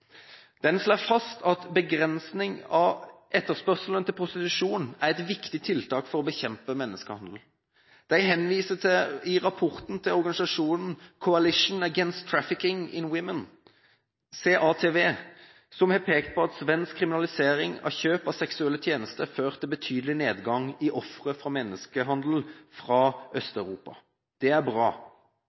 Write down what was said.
Den slår fast at begrensning av etterspørselen til prostitusjon er et viktig tiltak for å bekjempe menneskehandel. De henviser i rapporten til organisasjonen Coalition Against Trafficking in Women, CATW, som har pekt på at svensk kriminalisering av kjøp av seksuelle tjenester har ført til betydelig nedgang i ofre for menneskehandel fra Øst-Europa – det er bra.